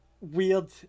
weird